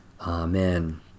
Amen